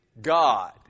God